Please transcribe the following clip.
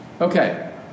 Okay